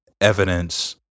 evidence